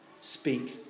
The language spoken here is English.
speak